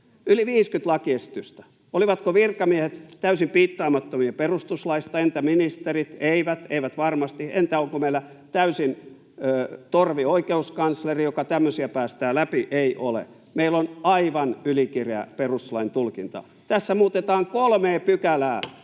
yli 50 lakiesitystä. Olivatko virkamiehet täysin piittaamattomia perustuslaista, entä ministerit? Eivät, eivät varmasti. Entä onko meillä täysin torvi oikeuskansleri, joka tämmöisiä päästää läpi? Ei ole. Meillä on aivan ylikireä perustuslain tulkinta. Tässä muutetaan kolmea pykälää,